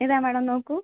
ഏതാണ് മേഡം നോക്കൂ